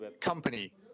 company